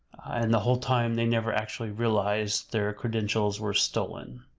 and the whole time they never actually realized their credentials were stolen.